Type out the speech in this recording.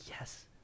Yes